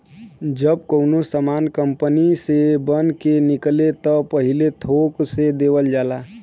जब कउनो सामान कंपनी से बन के निकले त पहिले थोक से देवल जाला